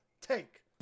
Take